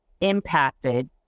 impacted